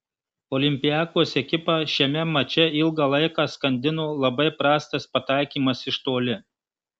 olympiakos ekipą šiame mače ilgą laiką skandino labai prastas pataikymas iš toli